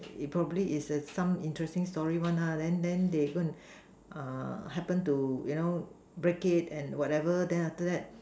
it probably is is some interesting story one lah then then they go and happen to you know break it and whatever then after that